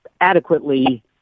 adequately